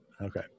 Okay